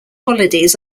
holidays